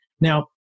Now